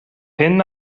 hyn